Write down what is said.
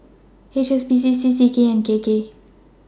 H S B C C C K and K K